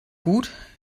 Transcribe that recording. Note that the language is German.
gut